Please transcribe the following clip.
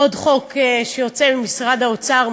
עוד חוק שיוצא ממשרד האוצר,